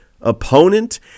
opponent